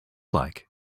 like